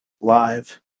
live